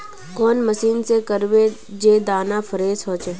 कौन मशीन से करबे जे दाना फ्रेस होते?